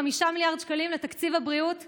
ב-2013 הייתה עלייה של, בראשון זה 400,000 סבסוד.